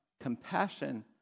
compassion